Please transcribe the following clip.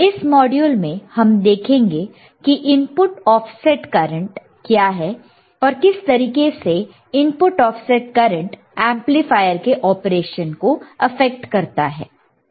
इस मॉड्यूल में हम देखेंगे कि इनपुट ऑफसेट करंट क्या है और किस तरीके से इनपुट ऑफसेट करंट एंपलीफायर के ऑपरेशन को प्रभावित करता है